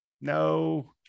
no